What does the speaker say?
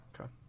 Okay